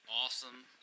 awesome